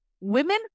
Women